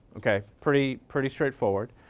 ok. pretty pretty straightforward.